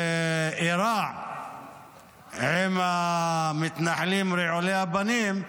האירוע עם המתנחלים רעולי הפנים,